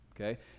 okay